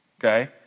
okay